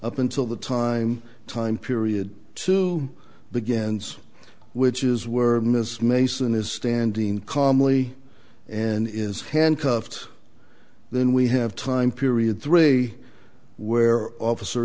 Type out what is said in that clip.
until the time time period to begins which is where miss mason is standing calmly and is handcuffed then we have time period three where officer